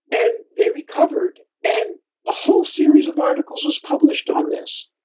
and they recovered. and a whole series of articles was published on this,